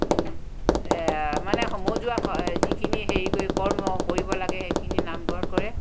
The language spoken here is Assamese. মানে সমজুৱা হ যিখিনি হেৰি কৰ্ম কৰিব লাগে সেইখিনি নামঘৰত কৰে